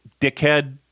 dickhead